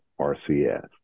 RCS